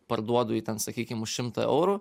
parduodu jį ten sakykim už šimtą eurų